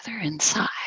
inside